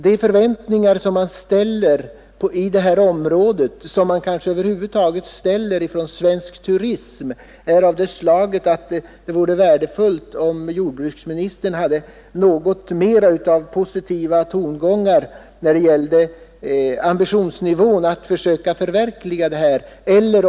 De förväntningar man ställer inom det berörda området — och kanske över huvud taget inom svensk turism — är dock av det slaget att det hade varit värdefullt om jordbruksministerns tongångar hade varit något mera positiva i fråga om ambitionen att förverkliga Åreprojektet.